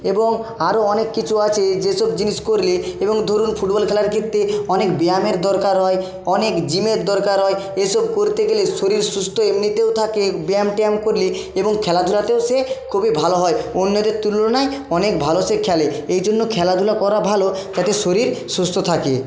এবং আরও অনেক কিছু আছে যে সব জিনিস করলে এবং ধরুন ফুটবল খেলার ক্ষেত্রে অনেক ব্যায়ামের দরকার হয় অনেক জিমের দরকার হয় এ সব করতে গেলে শরীর সুস্থ এমনিতেও থাকে ব্যায়াম ট্যায়াম করলে এবং খেলাধুলাতেও সে খুবই ভালো হয় অন্যদের তুলনায় অনেক ভালো সে খেলে এই জন্য খেলাধুলা করা ভালো তাতে শরীর সুস্থ থাকে